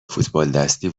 فوتبالدستی